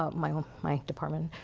ah my um my department,